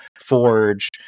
Forge